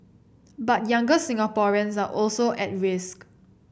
but younger Singaporeans are also at risk